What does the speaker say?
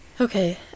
Okay